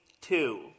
two